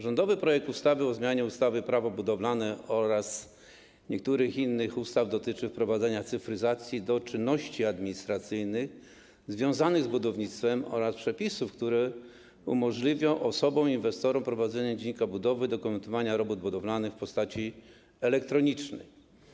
Rządowy projekt ustawy o zmianie ustawy - Prawo budowlane oraz niektórych innych ustaw dotyczy wprowadzenia cyfryzacji do czynności administracyjnych związanych z budownictwem oraz przepisów, które umożliwią osobom i inwestorom prowadzenie dziennika budowy, dokumentowania robót budowlanych w postaci elektronicznej.